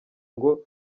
ngo